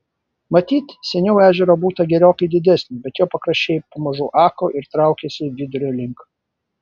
matyt seniau ežero būta gerokai didesnio bet jo pakraščiai pamažu ako ir traukėsi vidurio link